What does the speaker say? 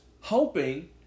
hoping